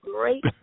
great